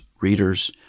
readers